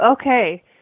okay